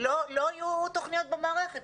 לא היו תוכניות במערכת.